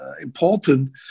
important